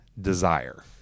desire